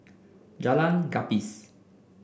Jalan Gapis